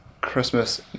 Christmas